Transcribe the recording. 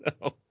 No